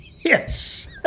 Yes